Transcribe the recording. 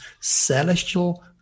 celestial